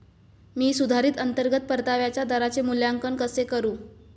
मी सुधारित अंतर्गत परताव्याच्या दराचे मूल्यांकन कसे करू?